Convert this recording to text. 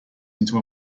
into